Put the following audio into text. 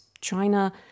China